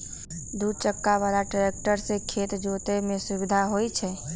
दू चक्का बला ट्रैक्टर से खेत जोतय में सुविधा होई छै